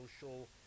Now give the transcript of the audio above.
social